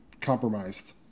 compromised